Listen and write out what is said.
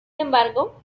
embargo